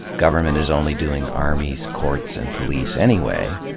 government is only doing armies, courts, and police anyway.